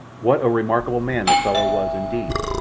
what a remarkable man the fellow was, indeed!